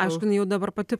aišku jinai jau dabar pati